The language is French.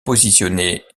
positionné